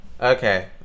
Okay